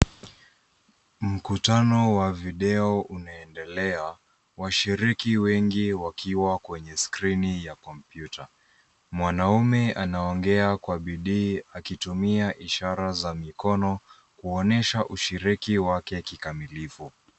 Mkutano wa video unaendelea. Washiriki wengi wakiwa kwenye skrini ya kompyuta. Mwanaume anaongea kwa bidii akitumia ishara za mikono kuonyesha ushiriki wake kikamilifu.